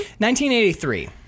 1983